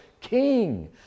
king